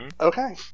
Okay